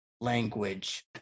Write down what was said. language